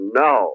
no